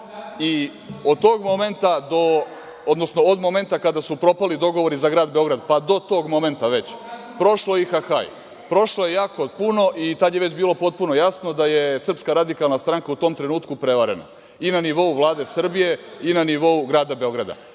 Od momenta kada su propali dogovori za grad Beograd, pa do tog momenta već, prošlo je i haj haj, prošlo je jako puno i tada je već bilo potpuno jasno da je SRS u tom trenutku prevarena i na nivou Vlade Srbije i na nivou grada Beograda.